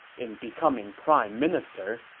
in becoming prime minister,